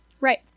Right